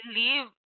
leave